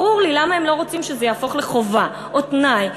ברור לי למה הם לא רוצים שזה יהפוך לחובה או תנאי,